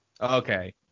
Okay